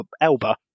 Elba